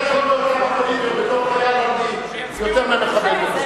יותר ממכבד את זה.